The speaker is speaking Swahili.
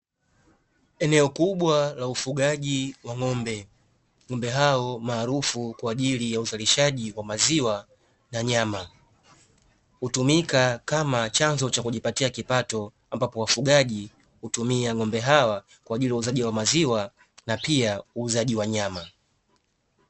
Eneo kubwa la ufugaji wa ng'ombe. Ng'ombe hao maarufu kwa ajili ya uzalishaji wa maziwa na nyama. Hutumika kama chanzo cha kujipatia kipato, ambapo wafugaji hutumia ng'ombe hawa kwa ajili ya uuzaji wa maziwa na pia uuzaji wa nyama.